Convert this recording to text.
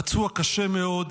פצוע קשה מאוד.